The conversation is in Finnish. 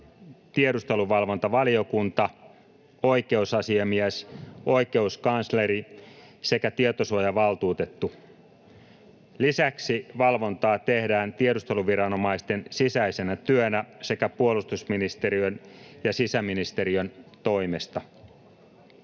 tiedusteluvalvontavaliokunta, oikeusasiamies, oikeuskansleri ja tietosuojavaltuutettu. Lisäksi valvontaa tehdään tiedusteluviranomaisten sisäisenä työnä sekä puolustusministeriön ja sisäministeriön toimesta.